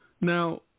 Now